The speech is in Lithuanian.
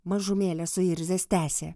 mažumėlę suirzęs tęsė